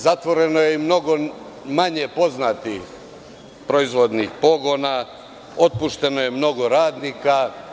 Zatvoreno je i mnogo manje poznatih proizvodnih pogona, otpušteno je mnogo radnika.